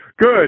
Good